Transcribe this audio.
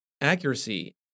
accuracy